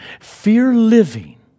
fear-living